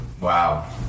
wow